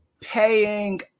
paying